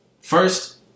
first